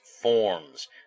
forms